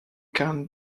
can